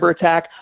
attack